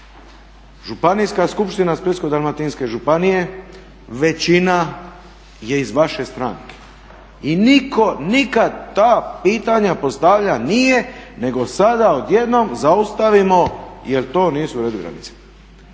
Županijska skupština Splitsko-dalmatinske županije većina je iz vaše stranke i niko nikad ta pitanja postavlja nije nego sada odjednom zaustavimo jel to nisu uredili granice.